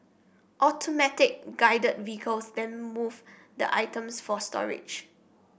automatic Guided Vehicles then move the items for storage